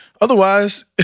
Otherwise